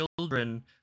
children